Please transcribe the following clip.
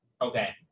Okay